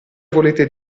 volete